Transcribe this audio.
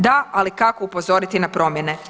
Da, ali kako upozoriti na promjene?